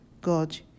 God